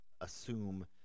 assume